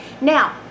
Now